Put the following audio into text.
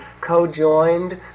co-joined